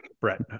brett